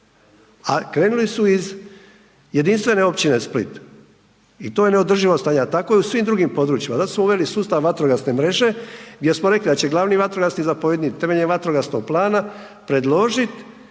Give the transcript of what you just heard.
a krenuli su iz jedinstvene Općine Split i to je neodrživo stanje, a tako je i u svim drugim područjima. Zato smo uveli sustav vatrogasne mreže gdje smo rekli da će glavni vatrogasni zapovjednik temeljem vatrogasnog plana predložiti